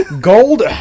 gold